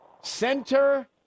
Center